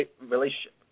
relationship